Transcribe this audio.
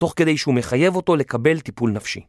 תוך כדי שהוא מחייב אותו לקבל טיפול נפשי.